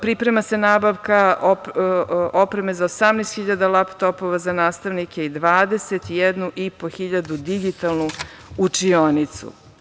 Priprema se nabavka opreme za 18.000 laptopova za nastavnike i 21.500 digitalnu učionicu.